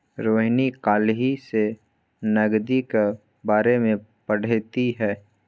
रोहिणी काल्हि सँ नगदीक बारेमे पढ़तीह